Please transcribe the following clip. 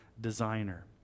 designer